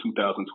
2012